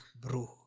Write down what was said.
bro